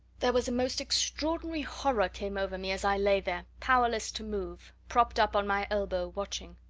there was a most extraordinary horror came over me as i lay there, powerless to move, propped up on my elbow, watching.